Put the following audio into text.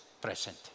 present